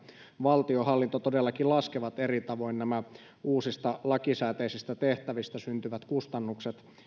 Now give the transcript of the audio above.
valtionhallinto todellakin laskevat eri tavoin nämä uusista lakisääteisistä tehtävistä syntyvät kustannukset